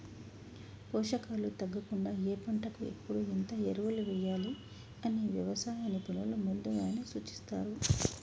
పోషకాలు తగ్గకుండా ఏ పంటకు ఎప్పుడు ఎంత ఎరువులు వేయాలి అని వ్యవసాయ నిపుణులు ముందుగానే సూచిస్తారు